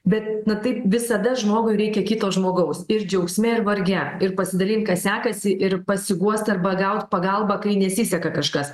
bet na taip visada žmogui reikia kito žmogaus ir džiaugsme ir varge ir pasidalin kas sekasi ir pasiguost arba gaut pagalbą kai nesiseka kažkas